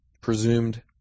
presumed